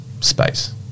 Space